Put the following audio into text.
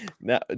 now